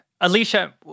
Alicia